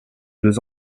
deux